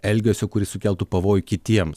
elgesio kuris sukeltų pavojų kitiems